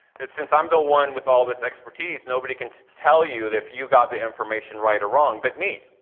since i'm the one with all this expertise nobody can tell you if you've got the information right or wrong but me.